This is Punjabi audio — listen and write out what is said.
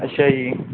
ਅੱਛਾ ਜੀ